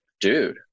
dude